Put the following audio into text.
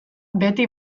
beti